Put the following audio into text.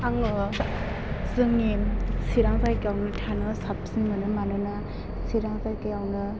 आङो जोंनि चिरां जायगायावनो थानो साबसिन मोनो मानोना चिरां जायगायावनो